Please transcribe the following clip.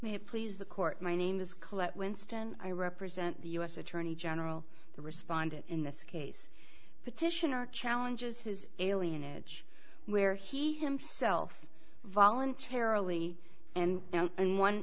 it please the court my name is collette winston i represent the u s attorney general the responded in this case petitioner challenges his alien age where he himself voluntarily and in one